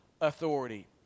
authority